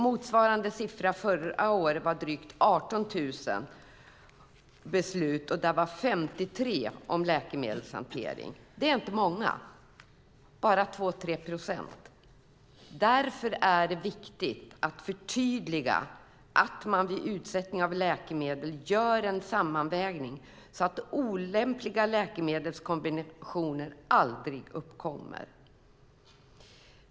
Motsvarande siffra för förra året var drygt 1 800, varav 53 var om läkemedelshantering. Det är inte många, bara 2-3 procent. Därför är det viktigt att förtydliga att man vid utsättning av läkemedel gör en sammanvägning så att olämpliga läkemedelskombinationer aldrig uppkommer.